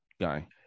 guy